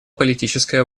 политическая